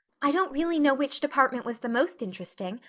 i don't really know which department was the most interesting.